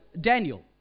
Daniel